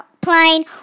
plane